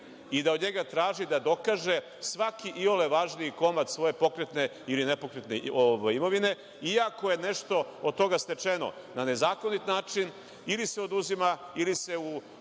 i da od njega traži da dokaže svaki iole važni komad svoje pokretne ili nepokretne imovine, i ako je nešto od toga stečeno na nezakonit način, ili se oduzima ili se u